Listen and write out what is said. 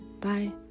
Bye